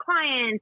clients